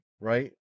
right